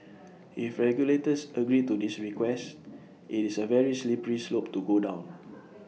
if regulators agree to this request IT is A very slippery slope to go down